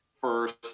first